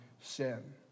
sin